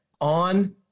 On